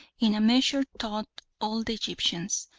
in a measure, thought all the egyptians.